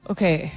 Okay